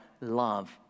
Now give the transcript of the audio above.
love